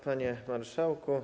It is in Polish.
Panie Marszałku!